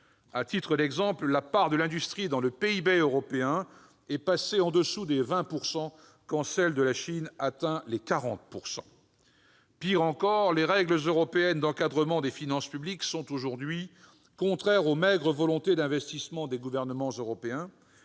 À titre d'exemple, la part de l'industrie dans le PIB européen est passée au-dessous des 20 %, quand elle dépasse en Chine les 40 %. Pis encore, les règles européennes d'encadrement des finances publiques sont aujourd'hui contraires aux maigres volontés d'investissement des gouvernements européens,